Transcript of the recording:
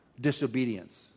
Disobedience